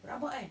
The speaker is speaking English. rabak kan